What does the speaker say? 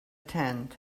tent